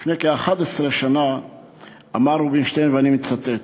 לפני כ-11 שנה הוא אמר, אני מצטט: